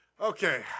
Okay